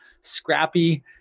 scrappy